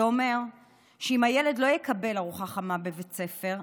זה אומר שאם הילד לא יקבל ארוחה חמה בבית ספר,